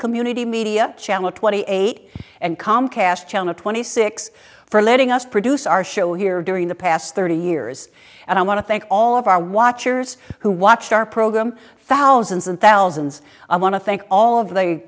community media channel twenty eight and comcast channel twenty six for letting us produce our show here during the past thirty years and i want to thank all of our watchers who watch our program thousands and thousands i want to thank all of the